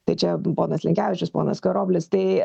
tai čia ponas linkevičius ponas karoblis tai